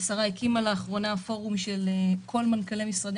השרה הקימה לאחרונה פורום של כל מנכ"לי משרדי